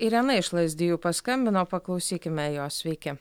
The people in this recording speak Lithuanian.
irena iš lazdijų paskambino paklausykime jos sveiki